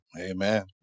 Amen